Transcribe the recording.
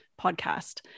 podcast